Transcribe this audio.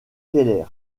keller